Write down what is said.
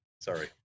Sorry